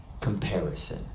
comparison